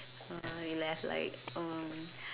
we left like um